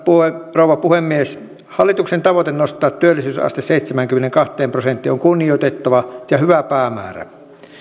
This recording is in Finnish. rouva puhemies hallituksen tavoite nostaa työllisyysaste seitsemäänkymmeneenkahteen prosenttiin on kunnioitettava ja hyvä päämäärä